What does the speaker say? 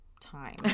time